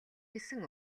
гэсэн